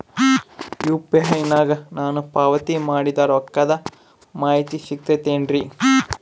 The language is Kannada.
ಯು.ಪಿ.ಐ ನಾಗ ನಾನು ಪಾವತಿ ಮಾಡಿದ ರೊಕ್ಕದ ಮಾಹಿತಿ ಸಿಗುತೈತೇನ್ರಿ?